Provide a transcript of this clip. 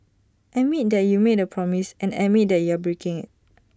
admit that you made A promise and admit that you are breaking IT